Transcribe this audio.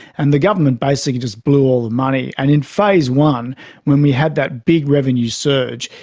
and the government basically just blew all the money. and in phase one when we had that big revenue surge,